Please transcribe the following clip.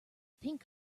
pink